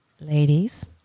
ladies